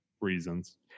reasons